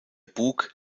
bug